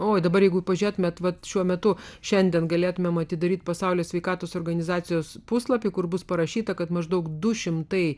o dabar jeigu pažiūrėtumėte vat šiuo metu šiandien galėtumėm atidaryti pasaulio sveikatos organizacijos puslapį kur bus parašyta kad maždaug du šimtai